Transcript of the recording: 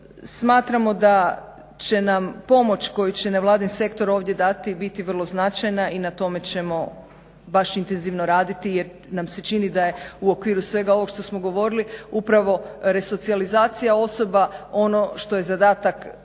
smatramo da će nam pomoć koju će nevladin sektor ovdje dati biti vrlo značajna i na tome ćemo baš intenzivno raditi jer nam se čini da je u okviru svega ovog što smo govorili upravo resocijalizacija osoba ono što je zadatak